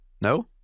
no